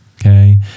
okay